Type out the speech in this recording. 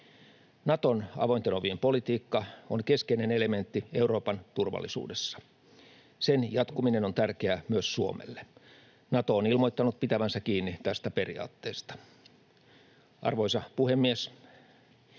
Naton avointen ovien politiikka on keskeinen elementti Euroopan turvallisuudessa. Sen jatkuminen on tärkeää myös Suomelle. Nato on ilmoittanut pitävänsä kiinni tästä periaatteesta. Arvoisa puhemies!